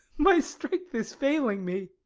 my strength is failing me.